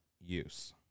use